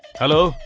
hello.